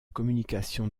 communication